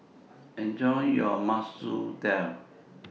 Enjoy your Masoor Dal